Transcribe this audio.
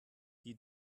die